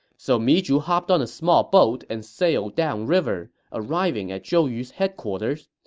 so mi zhu hopped on a small boat and sailed down river, arriving at zhou yu's headquarters.